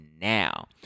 now